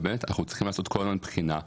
אנחנו צריכים לעשות בחינה,